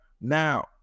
Now